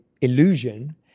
illusion